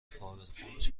پاورپوینت